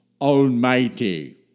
Almighty